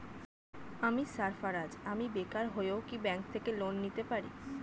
আমি সার্ফারাজ, আমি বেকার হয়েও কি ব্যঙ্ক থেকে লোন নিতে পারি?